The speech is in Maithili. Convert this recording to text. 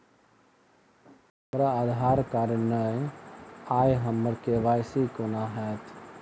हमरा आधार कार्ड नै अई हम्मर के.वाई.सी कोना हैत?